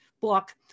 book